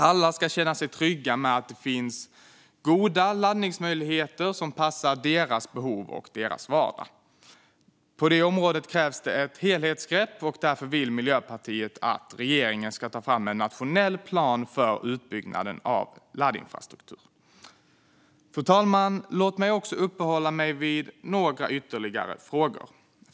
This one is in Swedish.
Alla ska känna sig trygga med att det finns goda laddningsmöjligheter som passar deras behov och deras vardag. På det området krävs det ett helhetsgrepp. Därför vill Miljöpartiet att regeringen ska ta fram en nationell plan för utbyggnaden av laddinfrastruktur. Fru talman! Låt mig uppehålla mig vid några ytterligare frågor.